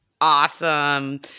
Awesome